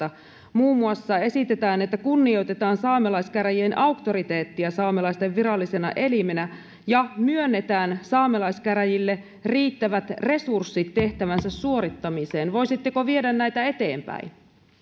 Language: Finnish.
muun muassa esitetään että kunnioitetaan saamelaiskäräjien auktoriteettia saamelaisten virallisena elimenä ja myönnetään saamelaiskäräjille riittävät resurssit tehtävänsä suorittamiseen voisitteko viedä näitä eteenpäin